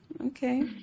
okay